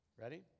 Ready